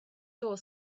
door